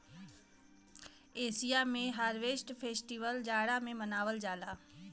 Asia में harvest festival जाड़ा में मनावल जाला